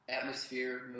atmosphere